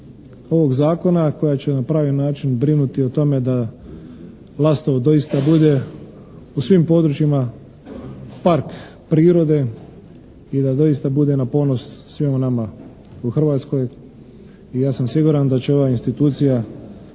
ovog zakona, koja će na pravi način brinuti o tome da Lastovo doista bude u svim područjima park prirode i da doista bude na ponos svima nama u Hrvatskoj i ja sam siguran da će ova institucija